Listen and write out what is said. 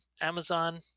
Amazon